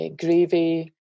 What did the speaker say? gravy